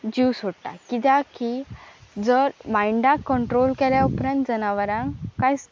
जीव सोडटा कित्याक की जर मायंडाक कंट्रोल केल्या उपरांत जनावरांक कांयच